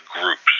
groups